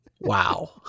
wow